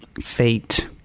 fate